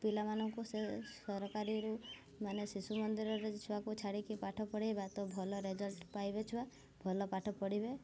ପିଲାମାନଙ୍କୁ ସେ ସରକାରୀରୁ ମାନେ ଶିଶୁ ମନ୍ଦିରରେ ଛୁଆକୁ ଛାଡ଼ିକି ପାଠ ପଢ଼େଇବା ତ ଭଲ ରେଜଲ୍ଟ ପାଇବେ ଛୁଆ ଭଲ ପାଠ ପଢ଼ିବେ